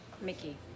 mickey